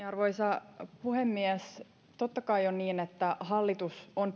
arvoisa puhemies totta kai on niin että hallitus on